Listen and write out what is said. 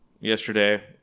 yesterday